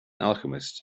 alchemist